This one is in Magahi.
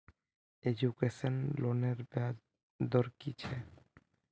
एजुकेशन लोनेर ब्याज दर कि छे?